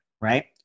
right